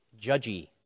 judgy